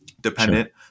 dependent